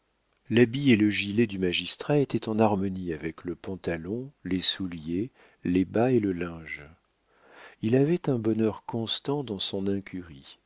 l'habit et le gilet du magistrat étaient en harmonie avec le pantalon les souliers les bas et le linge il avait un bonheur constant dans son incurie